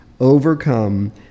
overcome